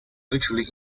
mutually